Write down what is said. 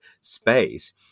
space